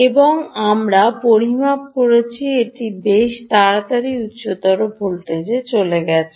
এবং আমরা পরিমাপ করেছি এটি বেশ তাড়াতাড়ি উচ্চতর ভোল্টেজে চলে গেছে